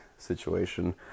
situation